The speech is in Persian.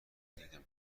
دیدم